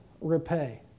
repay